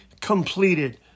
completed